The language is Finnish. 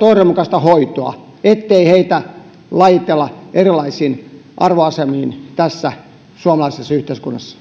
oireenmukaista hoitoa ettei heitä lajitella erilaisiin arvoasemiin tässä suomalaisessa yhteiskunnassa